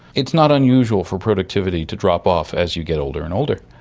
it's not unusual for productivity to drop off as you get older and older.